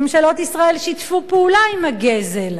ממשלות ישראל שיתפו פעולה עם הגזל,